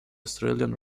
australian